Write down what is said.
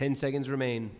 ten seconds remain